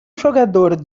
jogador